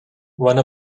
one